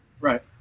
Right